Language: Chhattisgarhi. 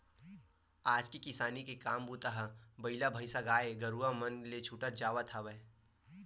आज के किसानी के काम बूता ह बइला भइसाएगाय गरुवा मन ले छूटत चले जावत हवय